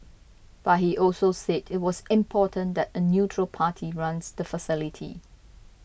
but he also said it was important that a neutral party runs the facility